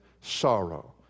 sorrow